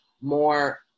more